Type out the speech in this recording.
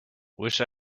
wish